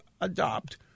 adopt